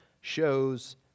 shows